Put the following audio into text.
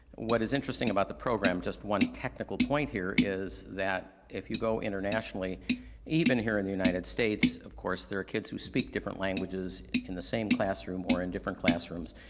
what is interesting about the program, just one technical point here is that, if you go internationally even here in the united states, of course there are kids who speak different languages in the same classroom or in different classrooms.